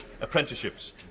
apprenticeships